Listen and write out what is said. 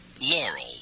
Laurel